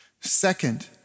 Second